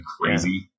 crazy